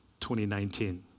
2019